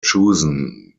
chosen